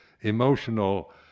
emotional